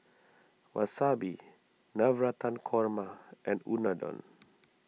Wasabi Navratan Korma and Unadon